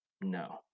no